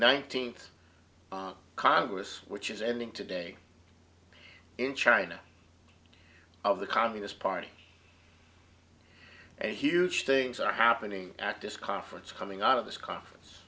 nineteenth congress which is ending today in china of the communist party a huge things are happening at this conference coming out of this conference